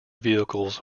vehicles